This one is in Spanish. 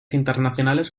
internacionales